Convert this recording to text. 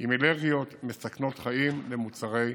עם אלרגיות מסכנות חיים למוצרי מזון.